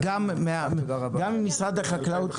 קיבלנו אמירה ממשרד החקלאות,